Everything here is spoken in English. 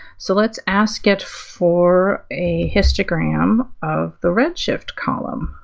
so let's ask it for a histogram of the redshift column.